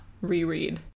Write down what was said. reread